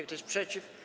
Kto jest przeciw?